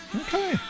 okay